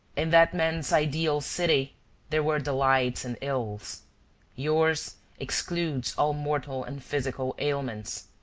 in that man's ideal city there were delights and ills yours excludes all mortal and physical ailments.